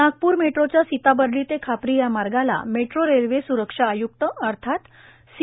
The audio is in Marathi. नागपूर मेट्रोच्या सीताबर्डी ते खापरी या मार्गाला मेट्रो रेल्वे सुरक्षा आय्क्त अर्थात सी